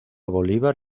bolívar